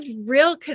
real